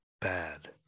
bad